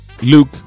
Luke